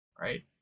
right